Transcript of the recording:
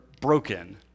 broken